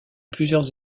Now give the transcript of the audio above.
plusieurs